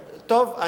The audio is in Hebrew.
טוב,